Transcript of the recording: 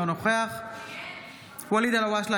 אינו נוכח ואליד אלהואשלה,